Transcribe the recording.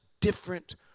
different